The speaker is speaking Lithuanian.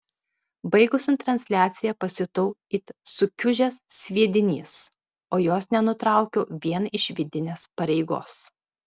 baigusi transliaciją pasijutau it sukiužęs sviedinys o jos nenutraukiau vien iš vidinės pareigos